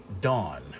Dawn